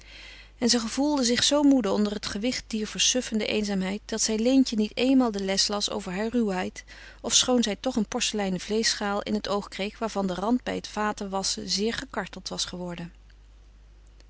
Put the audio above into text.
en ze gevoelde zich zoo moede onder het gewicht dier versuffende eenzaamheid dat zij leentje niet eenmaal de les las over haar ruwheid ofschoon zij toch een porseleinen vleeschschaal in het oog kreeg waarvan de rand bij het vatenwasschen zeer gekarteld was geworden